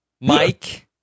Mike